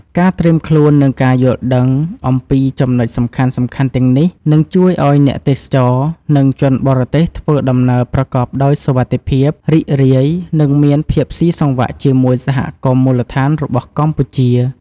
ការត្រៀមខ្លួន និងការយល់ដឹងអំពីចំណុចសំខាន់ៗទាំងនេះ នឹងជួយឱ្យអ្នកទេសចរ និងជនបរទេសធ្វើដំណើរប្រកបដោយសុវត្ថិភាព រីករាយ និងមានភាពស៊ីសង្វាក់ជាមួយសហគមន៍មូលដ្ឋានរបស់កម្ពុជា។